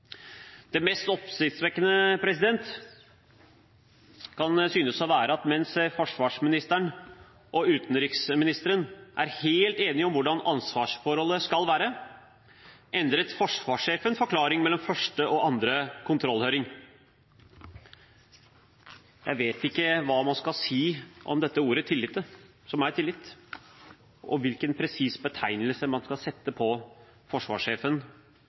Det mest oppsiktsvekkende synes å være at mens forsvarsministeren og utenriksministeren er helt enige om hvordan ansvarsforholdet skal være, endret forsvarssjefen forklaring mellom første og andre kontrollhøring. Jeg vet ikke hva man skal si om dette ordet tillit, og hvilken presis betegnelse man skal sette på forsvarssjefen